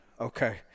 Okay